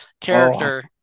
character